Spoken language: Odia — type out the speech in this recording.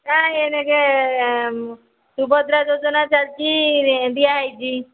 ନାଇଁ ଏଇନାକେ ସୁଭଦ୍ରା ଯୋଜନା ଚାଲିଛି ଦିଆହୋଇଛି